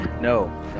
no